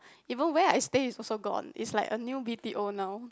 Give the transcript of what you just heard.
even where I stay is also gone it's like a new B_T_O now